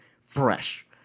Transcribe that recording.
fresh